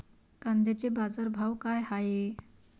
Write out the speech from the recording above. कांद्याचे बाजार भाव का हाये?